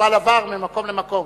החשמל עבר ממקום למקום.